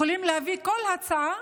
יכולים להביא כל ההצעה